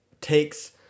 takes